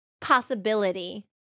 possibility